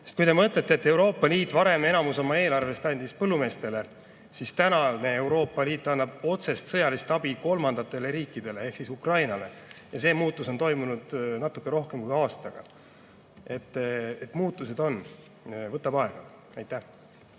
Kui te mõtlete sellele, et Euroopa Liit varem enamiku oma eelarvest andis põllumeestele, siis tänane Euroopa Liit annab otsest sõjalist abi kolmandale riigile ehk Ukrainale. Ja see muutus on toimunud natuke rohkem kui aastaga. Nii et muutused on. Aga võtab aega. Aitäh!